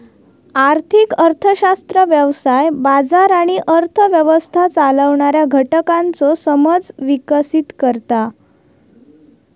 आर्थिक अर्थशास्त्र व्यवसाय, बाजार आणि अर्थ व्यवस्था चालवणाऱ्या घटकांचो समज विकसीत करता